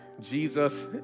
Jesus